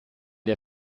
der